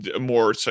more